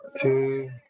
two